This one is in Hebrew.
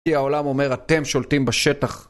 כי העולם אומר אתם שולטים בשטח